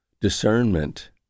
discernment